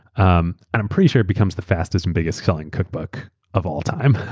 um and um pretty sure it becomes the fastest and biggest-selling cookbook of all time.